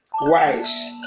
wise